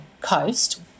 coast